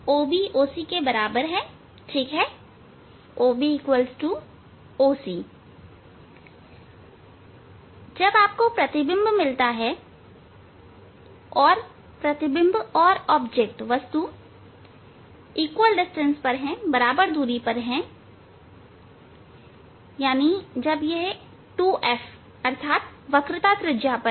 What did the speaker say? OB OC के बराबर है ठीक है OBOC जब आपको प्रतिबिंब मिलता है और प्रतिबिंब और वस्तु समान दूरी पर हैं जब यह 2F अर्थात वक्रता त्रिज्या पर है